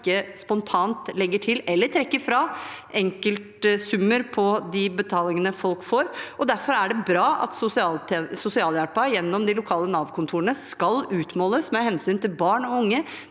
ikke spontant legger til eller trekker fra enkeltsummer på de betalingene folk får, og derfor er det bra at sosialhjelpen gjennom de lokale Nav-kontorene skal utmåles med hensyn til barn og unge.